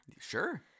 Sure